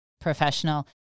professional